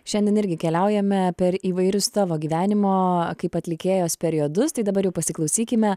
šiandien irgi keliaujame per įvairius tavo gyvenimo kaip atlikėjos periodus tai dabar jau pasiklausykime